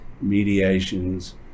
mediations